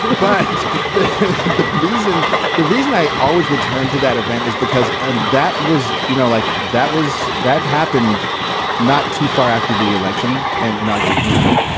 but the the reason the reason i always return to that event is because and that was, you know, like that was that happened not too far after the election and inauguration happened.